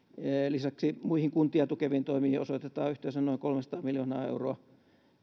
lisäksi muihin kuntia tukeviin toimiin osoitetaan yhteensä noin kolmesataa miljoonaa euroa